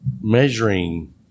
measuring